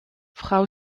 frau